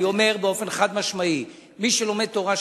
אני אומר באופן חד-משמעי: מי שלומד תורה,